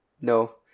No